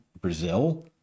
Brazil